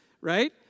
right